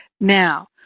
Now